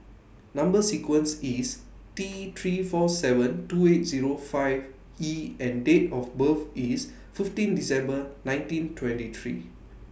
Number sequence IS T three four seven two eight Zero five E and Date of birth IS fifteen December nineteen twenty three